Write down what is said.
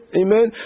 amen